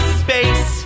space